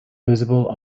visible